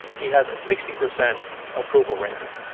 he has a sixty percent approval rating.